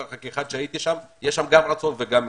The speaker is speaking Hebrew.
את זה כאחד שהיה שם - יש שם גם רצון וגם מקצועיות.